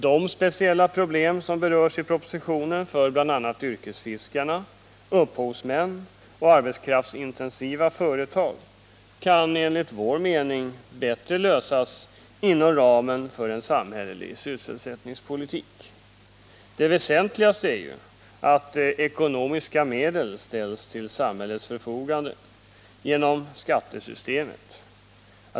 De speciella problem som berörs i propositionen för bl.a. yrkesfiskarna, upphovsmän och arbetskraftsintensiva företag kan enligt vår mening bättre lösas inom ramen för en samhällelig sysselsättningspolitik. Det väsentligaste är att ekonomiska medel ställs till samhällets förfogande genom skattesystemet.